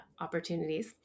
opportunities